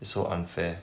it's so unfair